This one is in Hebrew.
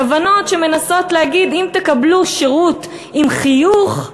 כוונות שמנסות להגיד: אם תקבלו שירות עם חיוך,